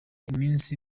iminsi